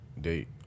Date